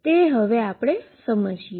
તે સમજીએ